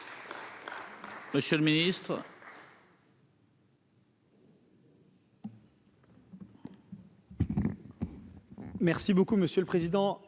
Monsieur le Ministre.